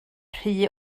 rhy